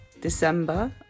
December